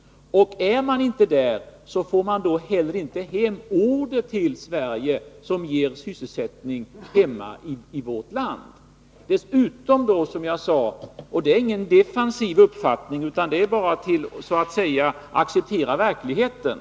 Är man inte där, får man inte heller in order till Sverige som ger sysselsättning i vårt land. Det är bara att acceptera verkligheten.